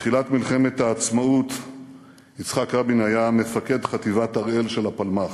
בתחילת מלחמת העצמאות יצחק רבין היה מפקד חטיבת הראל של הפלמ"ח.